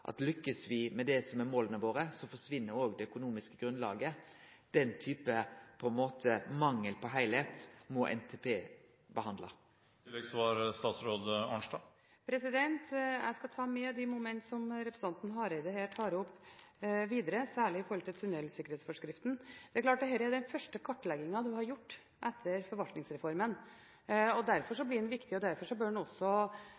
med det som er måla våre, forsvinn òg det økonomiske grunnlaget. Den typen mangel på heilskap må NTP behandle. Jeg skal ta med videre de momenter som representanten Hareide her tar opp, særlig når det gjelder tunnelsikkerhetsforskriften. Dette er den første kartleggingen som er gjort etter forvaltningsreformen. Derfor blir den viktig, og derfor bør den etter min mening også